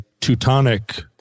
Teutonic